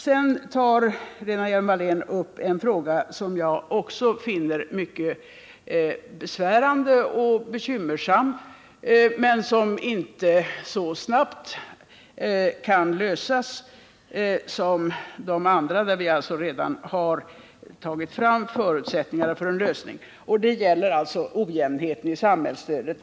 Sedan tar Lena Hjelm-Wallén upp ett problem som jag också finner mycket besvärande och bekymmersamt men som inte så snabbt kan lösas som de andra. Det gäller ojämnheten i samhällsstödet till ungdomarna.